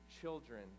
children